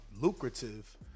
lucrative